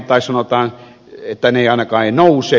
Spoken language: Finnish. kuljetustuet eivät ainakaan nouse